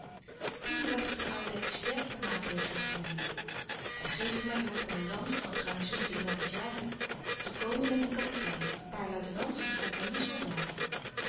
toen dacht van oudijck sterke maatregelen te nemen hij schreef den majoor kommandant van het garnizoen te ngadjiwa te komen met een kapitein een paar luitenants een compagnie soldaten